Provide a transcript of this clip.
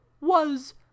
was